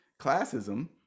classism